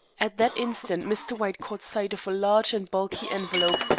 at that instant mr. white caught sight of a large and bulky envelope,